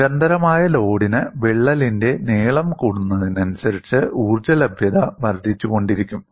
നിരന്തരമായ ലോഡിന് വിള്ളലിന്റെ നീളം കൂടുന്നതിനനുസരിച്ച് ഊർജ്ജ ലഭ്യത വർദ്ധിച്ചുകൊണ്ടിരിക്കും